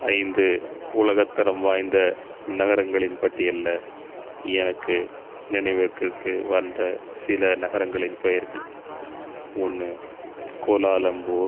ஐந்து உலகத்தரம் வாய்ந்த நகரங்களின் பட்டியலில் எனக்கு நினைவிருக்கு வந்த சில நகரங்களின் பெயர்கள் ஒன்று கோலாலம்பூர்